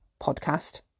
podcast